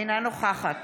אינה נוכחת